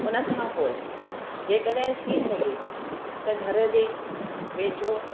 हुनखां पोएं जे कॾहिं थी सघे त घर जे वेझो